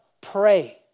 pray